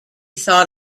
thought